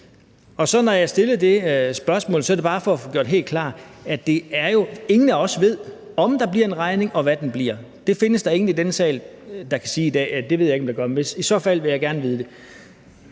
Når jeg stillede det spørgsmål, var det bare for at få det gjort helt klart, at ingen af os ved, om der bliver en regning, og hvad den bliver på. Det findes der ingen i denne sal der i dag kan sige – eller det ved jeg ikke om der er, men i så fald vil jeg gerne vide det.